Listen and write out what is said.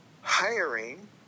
hiring